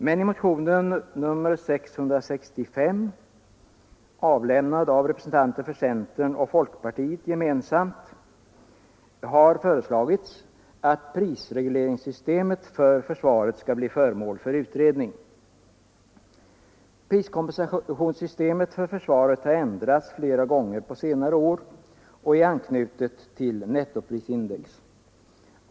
Men i motionen 665, väckt av representanter för centern och folkpartiet gemensamt, har föreslagits att prisregleringssystemet för försvaret skall bli föremål för utredning. Priskompensationssystemet för försvaret har ändrats flera gånger på senare år och är nu anknutet till nettoprisindex.